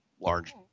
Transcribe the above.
large